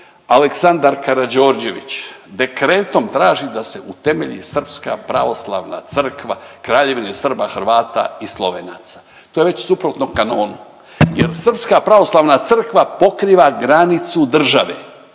Aleksandar Karađorđević dekretom traži da se utemelji Srpska pravoslavna crkva, Kraljevine Srba, Hrvata i Slovenaca. To je već suprotno kanonu jer Srpska pravoslavna crkva pokriva granicu države,